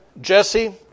Jesse